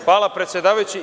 Hvala, predsedavajući.